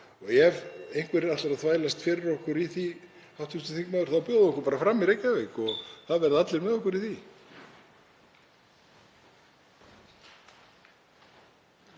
Ef einhverjir ætla að þvælast fyrir okkur í því, hv. þingmaður, þá bjóðum við okkur bara fram í Reykjavík og það verða allir með okkur í því.